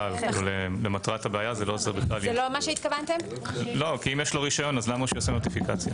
אם יש לו רשיון, למה שיעשה נוטיפיקציה?